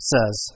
Says